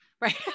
Right